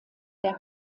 der